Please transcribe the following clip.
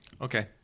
Okay